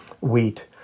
wheat